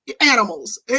Animals